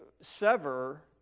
sever